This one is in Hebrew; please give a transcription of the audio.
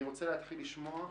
אני רוצה להתחיל לשמוע את?